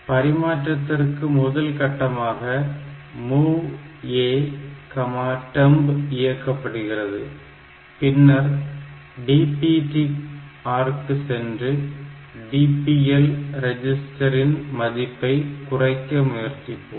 பரிமாற்றத்திற்கு முதல் கட்டமாக MOV Atemp இயக்கப்படுகிறது பின்னர் DPTR க்கு சென்று DPL ரெஜிஸ்டர் இன் மதிப்பை குறைக்க முயற்சிப்போம்